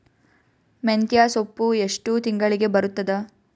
ಮೆಂತ್ಯ ಸೊಪ್ಪು ಎಷ್ಟು ತಿಂಗಳಿಗೆ ಬರುತ್ತದ?